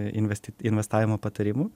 investi investavimo patarimų